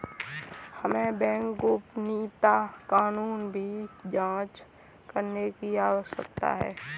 हमें बैंक गोपनीयता कानूनों की भी जांच करने की आवश्यकता है